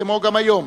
כמו היום,